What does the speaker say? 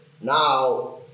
now